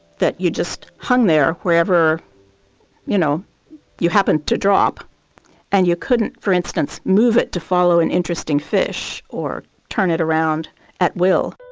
that you just hung there wherever you know you happen to drop and you couldn't for instance, move it to follow an interesting fish or turn it around at will